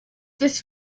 this